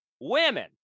Women